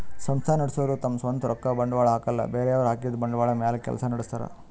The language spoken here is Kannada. ಸಂಸ್ಥಾ ನಡಸೋರು ತಮ್ ಸ್ವಂತ್ ರೊಕ್ಕ ಬಂಡ್ವಾಳ್ ಹಾಕಲ್ಲ ಬೇರೆಯವ್ರ್ ಹಾಕಿದ್ದ ಬಂಡ್ವಾಳ್ ಮ್ಯಾಲ್ ಕೆಲ್ಸ ನಡಸ್ತಾರ್